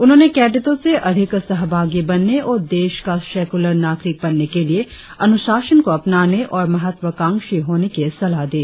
उन्होंने कैडटो से अधिक सहभागी बनने और देश का सेकुलर नागरिक बनने के लिए अनुशासन को अपनाने और महत्वकांक्षी होने की सलाह दी